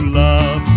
love